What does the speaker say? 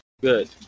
Good